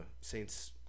Saints